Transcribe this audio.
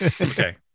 Okay